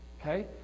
Okay